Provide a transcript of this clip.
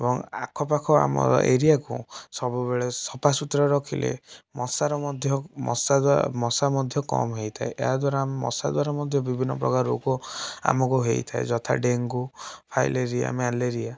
ଏବଂ ଆଖ ପାଖ ଆମର ଏରିଆକୁ ସବୁବେଳେ ସଫାସୁତୁରା ରଖିଲେ ମଶାର ମଧ୍ୟ ମଶା ଦ୍ଵା ମଶା ମଧ୍ୟ କମ୍ ହେଇଥାଏ ଏହାଦ୍ଵାରା ମଶାଦ୍ଵାରା ମଧ୍ୟ ବିଭିନ୍ନ ପ୍ରକାର ରୋଗ ଆମୁକୁ ହେଇଥାଏ ଯଥା ଡେଙ୍ଗୁ ଫାଇଲେରିଆ ମ୍ୟାଲେରିଆ